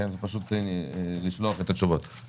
אני שמח שאת התייחסת לעניין הזה.